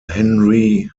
henry